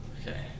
Okay